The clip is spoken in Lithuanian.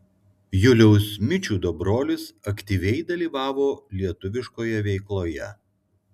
juliaus mičiūdo brolis aktyviai dalyvavo lietuviškoje veikloje